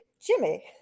Jimmy